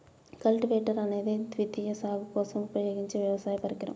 cultivator అనేది ద్వితీయ సాగు కోసం ఉపయోగించే వ్యవసాయ పరికరం